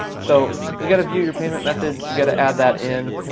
so, you gotta view your payment methods. you gotta add that in.